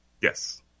Yes